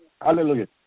Hallelujah